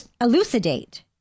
elucidate